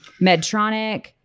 Medtronic